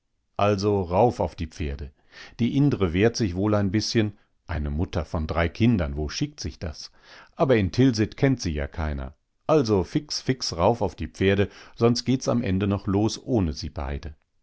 also rauf auf die pferde die indre wehrt sich wohl ein bißchen eine mutter von drei kindern wo schickt sich das aber in tilsit kennt sie ja keiner also fix fix rauf auf die pferde sonst geht's am ende noch los ohne sie beide